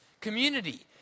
community